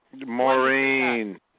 Maureen